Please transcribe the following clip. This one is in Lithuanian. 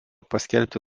paskelbti